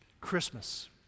Christmas